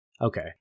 Okay